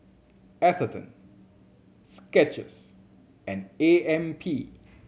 Atherton Skechers and A M P